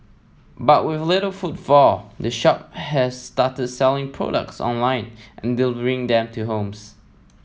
but with little footfall the shop has started selling products online and delivering them to homes